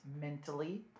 mentally